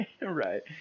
right